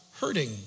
hurting